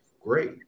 great